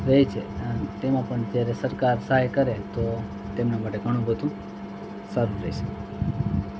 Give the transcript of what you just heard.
રહે છે તેમાં પણ તે સરકાર સહાય કરે તો તેમના માટે ઘણું બધું સારું રહેશે